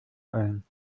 ein